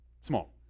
small